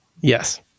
Yes